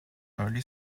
early